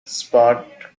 sparked